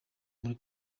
muri